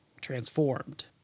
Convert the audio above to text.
transformed